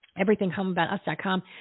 EverythingHomeAboutUs.com